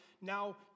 now